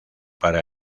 para